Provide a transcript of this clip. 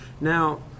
Now